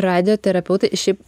radioterapeutai šiaip